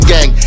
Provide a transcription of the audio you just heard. Gang